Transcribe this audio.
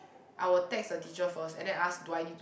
I will text the teacher first and then ask do I need to